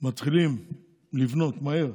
מתחילים לבנות מהר,